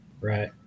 right